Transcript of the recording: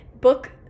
book